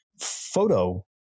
photo